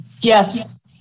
Yes